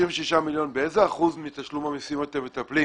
באיזה אחוז מתשלום המסים אתם מטפלים?